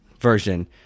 version